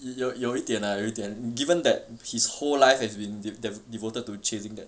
有有一点有一点 given that his whole life has been dev~ devoted to chasing that